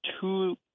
two